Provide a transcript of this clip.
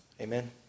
Amen